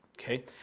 okay